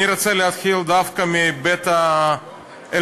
אני רוצה להתחיל דווקא מההיבט ההלכתי,